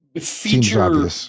feature